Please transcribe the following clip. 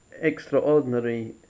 extraordinary